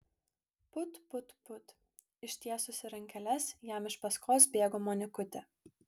put put put ištiesusi rankeles jam iš paskos bėgo monikutė